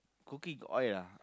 cooking got oil ah